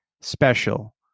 special